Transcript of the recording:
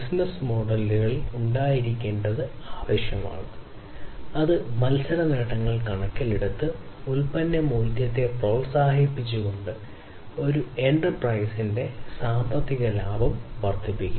business model ഉണ്ടായിരിക്കേണ്ടത് ആവശ്യമാണ് അത് മത്സര നേട്ടങ്ങൾ കണക്കിലെടുത്ത് ഉൽപ്പന്ന മൂല്യത്തെ പ്രോത്സാഹിപ്പിച്ചുകൊണ്ട് ഒരു എന്റർപ്രൈസസിന്റെ സാമ്പത്തിക ലാഭം വർദ്ധിപ്പിക്കും